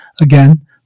again